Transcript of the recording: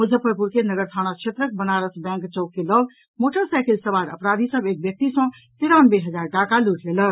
मुजफ्फरपुर के नगर थाना क्षेत्रक बनारस बैंक चौक के लऽग मोटरसाईकिल सवार अपराधी सभ एक व्यक्ति सँ तेरानवे हजार टाका लूटि लेलक